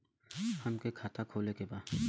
हमके खाता खोले के बा?